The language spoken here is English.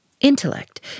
Intellect